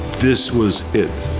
this was it.